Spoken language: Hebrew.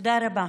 תודה רבה,